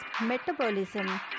metabolism